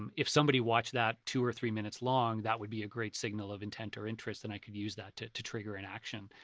um if somebody watched that two or three minutes long that would be a great signal of intent or interest. and i could use that to to trigger an action,